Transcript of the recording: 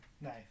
Nice